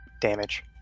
damage